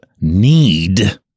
need